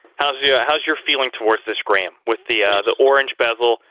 how's. yeah how's your feeling towards this graham? with the ah the orange bezel,